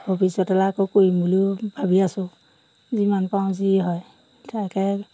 ভৱিষ্যতলৈ আকৌ কৰিম বুলিও ভাবি আছোঁ যিমান পাৰো যি হয় তাকে